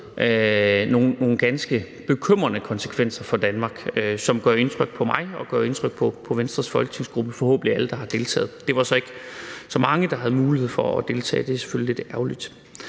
nogle ganske bekymrende konsekvenser for Danmark, som gør indtryk på mig og på Venstres folketingsgruppe og forhåbentlig på alle, der har deltaget. Det var så ikke så mange, der havde mulighed for at deltage, og det er selvfølgelig lidt ærgerligt.